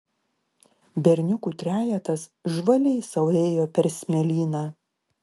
berniukų trejetas žvaliai sau ėjo per smėlyną